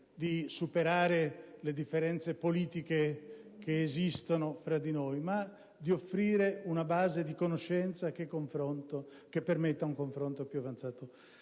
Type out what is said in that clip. di superare le differenze politiche che esistono fra di noi, ma di offrire una base di conoscenza che permetta un confronto più avanzato.